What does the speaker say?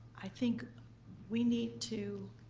i think we need to,